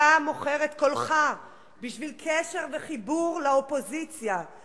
אתה מוכר את קולך בשביל קשר וחיבור לאופוזיציה,